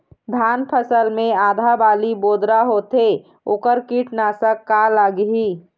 धान फसल मे आधा बाली बोदरा होथे वोकर कीटनाशक का लागिही?